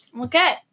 Okay